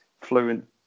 fluent